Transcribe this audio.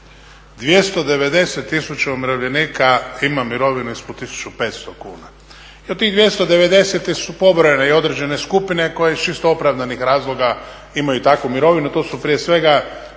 290 tisuća umirovljenika ima mirovinu ispod 1500 kuna. I od tih 290 su pobrane i određene skupine koje iz čisto opravdanih razloga imaju takvu mirovinu, to su prije svega